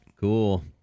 Cool